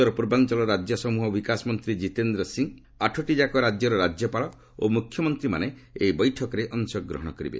ଉତ୍ତରପୂର୍ବାଞ୍ଚଳ ରାଜ୍ୟ ସମୃହ ବିକାଶମନ୍ତ୍ରୀ ଜିତେନ୍ଦ୍ର ସିଂ ଆଠୋଟି ଯାକ ରାଜ୍ୟର ରାଜ୍ୟପାଳ ଓ ମୁଖ୍ୟମନ୍ତ୍ରୀମାନେ ଏହି ବୈଠକରେ ଅଂଶଗ୍ରହଣ କରିବେ